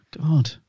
God